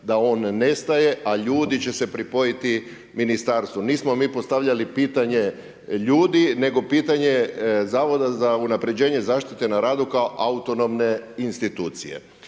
da on nestaje, a ljudi će se pripojiti ministarstvu. Nismo mi postavljali pitanje ljudi, nego pitanje Zavoda za unapređenje zaštite na radu kao autonomne institucije.